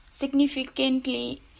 significantly